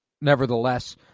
Nevertheless